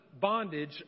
bondage